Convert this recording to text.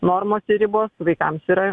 normos ir ribos vaikams yra